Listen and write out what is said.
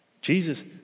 Jesus